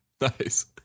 Nice